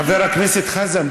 חבר הכנסת חזן,